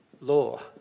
law